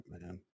man